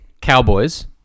Cowboys